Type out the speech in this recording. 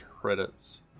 credits